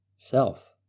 Self